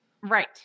Right